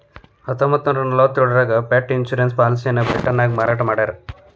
ಹತ್ತೊಂಬತ್ತನೂರ ನಲವತ್ತ್ಯೋಳರಾಗ pet insurance ಪಾಲಿಸಿಯನ್ನ ಬ್ರಿಟನ್ನ್ಯಾಗ ಮಾರಾಟ ಮಾಡ್ಯಾರ